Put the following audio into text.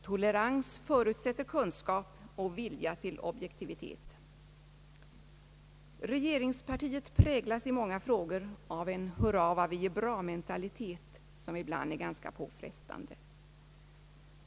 Tolerans förutsätter kunskap och vilja till objektivitet. Regeringspartiet präglas i många frågor av en hurra-vad-vi-är-bra-mentalitet, som ibland är ganska påfrestande.